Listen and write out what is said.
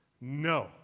No